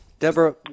Deborah